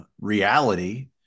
reality